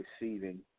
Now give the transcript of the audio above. receiving